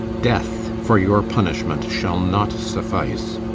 death for your punishment shall not suffice.